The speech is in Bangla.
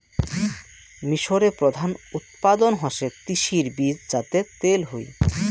মিশরে প্রধান উৎপাদন হসে তিসির বীজ যাতে তেল হই